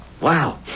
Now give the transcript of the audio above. wow